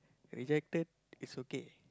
rejected it's okay